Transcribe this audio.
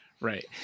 right